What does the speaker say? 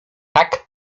tak